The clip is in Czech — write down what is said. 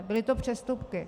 Byly to přestupky.